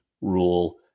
rule